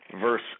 verse